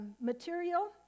material